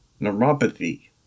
neuropathy